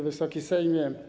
Wysoki Sejmie!